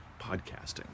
Podcasting